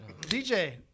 DJ